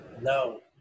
No